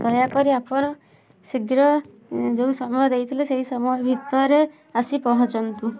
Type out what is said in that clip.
ଦୟାକରି ଆପଣ ଶୀଘ୍ର ଯେଉଁ ସମୟ ଦେଇଥିଲେ ସେଇ ସମୟ ଭିତରେ ଆସି ପହଞ୍ଚନ୍ତୁ